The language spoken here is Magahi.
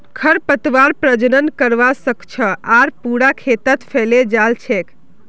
खरपतवार प्रजनन करवा स ख छ आर पूरा खेतत फैले जा छेक